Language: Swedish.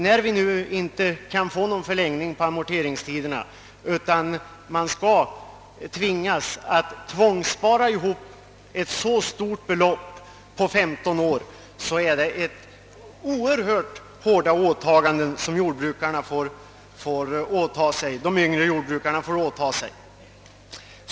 När det nu inte blir någon förlängning av amorteringstiden, utan låntagaren tvingas att spara in ett så stort belopp på 15 år är det oerhört hårda åtaganden som de yngre jordbrukarna får ikläda sig.